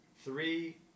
Three